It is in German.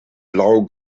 blau